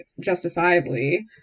justifiably